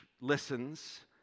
listens